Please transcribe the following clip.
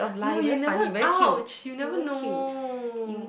no you never !ouch! you never know